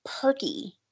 perky